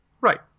Right